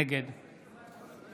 נגד